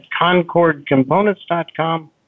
concordcomponents.com